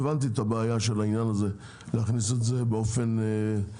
הבנתי את הבעיה של העניין הזה להכניס את זה באופן מוחלט.